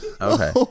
Okay